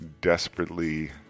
desperately